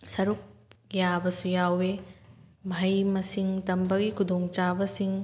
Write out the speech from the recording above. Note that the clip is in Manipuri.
ꯁꯔꯨꯛ ꯌꯥꯕꯁꯨ ꯌꯥꯎꯋꯤ ꯃꯍꯩ ꯃꯁꯤꯡ ꯇꯝꯕꯒꯤ ꯈꯨꯗꯣꯡ ꯆꯥꯕꯁꯤꯡ